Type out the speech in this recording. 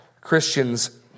Christians